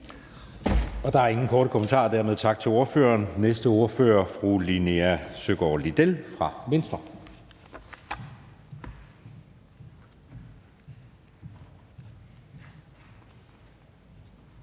Der er ingen korte bemærkninger – dermed tak til ordføreren. Næste ordfører er fru Linea Søgaard-Lidell fra Venstre.